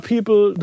people